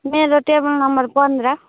मेरो table number पन्ध्र